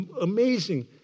amazing